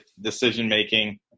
decision-making